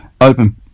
open